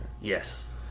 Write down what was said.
Yes